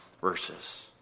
verses